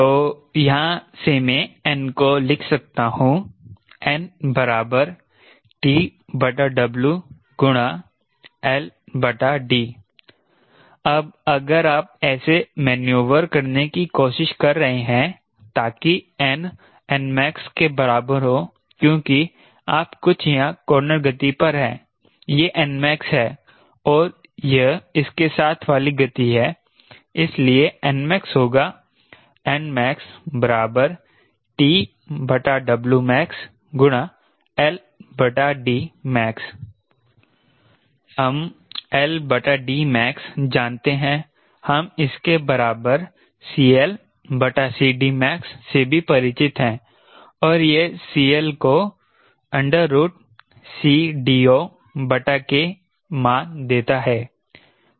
तो यहाँ से मैं n को लिख सकता हूँ n TWLD अब अगर आप ऐसे मैन्यूवर करने की कोशिश कर रहे हैं ताकि n nmax के बराबर हो क्योंकि आप कुछ यहाँ कॉर्नर गति पर हैं यह nmax है और यह इसके साथ वाली गति है इसलिए nmax होगा nmax TWmaxLDmax हम LDmax जानते हैं हम इसके बराबर CLCDmax से भी परिचित है और यह CL को CDOK मान देता है